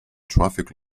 traffic